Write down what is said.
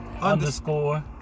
Underscore